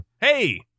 Hey